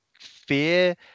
fear